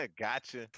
Gotcha